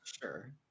Sure